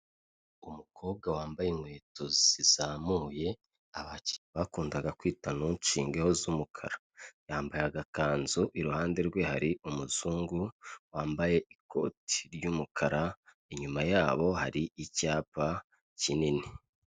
Umukobwa wambaye inkweto zizamuye, abakera bakundaga kwita ntunshingeho z'umukara. Yambaye agakanzu, iruhande rwe hari umuzungu wambaye ikoti ry'umukara, inyuma yabo hari icyapa kinini.